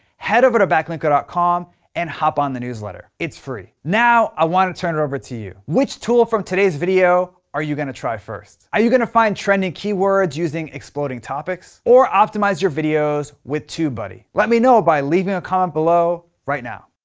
head over to backlinko dot com and hop on the newsletter, it's free. now, i wanna turn it over to you, which tool from today's video are you gonna try first? are you gonna find trending keywords using exploding topics or optimize your videos with tubebuddy? lemme know by leaving a comment below, right now.